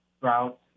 routes